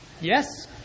yes